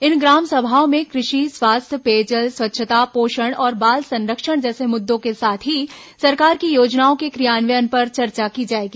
इन ग्राम सभाओं में क्रृषि स्वास्थ्य पेयजल स्वच्छता पोषण और बाल संरक्षण जैसे मुद्दों के साथ ही सरकार की योजनाओं के क्रियान्वयन पर चर्चा की जाएगी